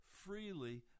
freely